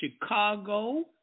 Chicago